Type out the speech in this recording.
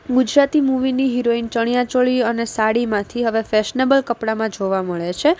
ગુજરાતી મૂવીની હિરોઈન ચણિયા ચોળી અને સાડીમાંથી હવે ફેશનેબલ કપડામાં જોવા મળે છે